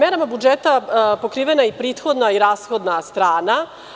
Merama budžeta pokrivena je i prihodna i rashodna strana.